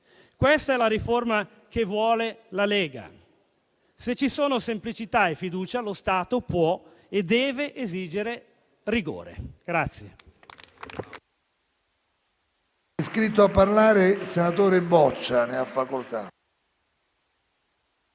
Questa è la riforma che vuole la Lega. Se ci sono semplicità e fiducia, lo Stato può e deve esigere rigore.